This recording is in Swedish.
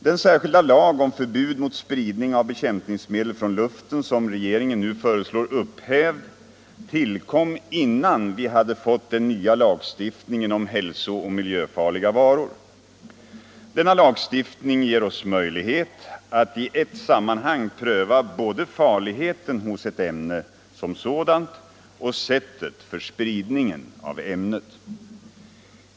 Den särskilda lag om förbud mot spridning av bekämpningsmedel från luften som regeringen nu föreslår upphävd, tillkom innan vi hade fått den nya lagstiftningen om hälsooch miljöfarliga varor. Denna lagstiftning ger oss möjlighet att i ett sammanhang pröva både farligheten hos ett ämne som sådant och sättet för spridningen av ämnet.